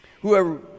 whoever